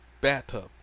bathtub